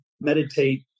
meditate